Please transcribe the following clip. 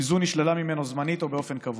אם זו נשללה ממנו זמנית או באופן קבוע.